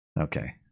Okay